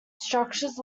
structures